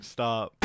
Stop